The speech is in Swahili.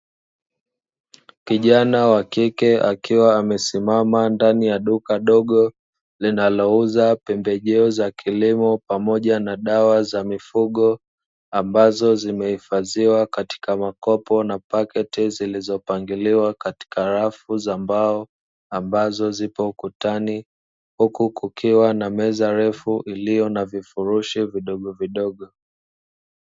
Kijana wa kike akiwa amesimama ndani ya duka dogo linalouza pembejeo za kilimo pamoja na dawa za mifugo, ambazo zimehifadhiwa katika makopo na paketi zilizopangiliwa katika rafu za mbao, ambazo zipo ukutani huku kukiwa na meza refu iliyo na vifurushi vidogovidogo.